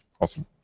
awesome